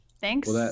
Thanks